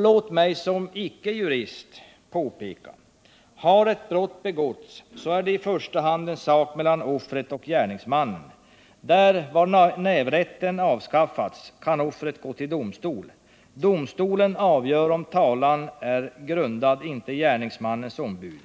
Låt mig som icke jurist påpeka: Har ett brott begåtts, så är det i första hand en sak mellan offret och gärningsmannen. Där, var nävrätten avskaffats, kan offret gå till domstol. Domstolen avgör om talan är grundad, inte gärningsmannens ombud.